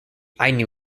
ainu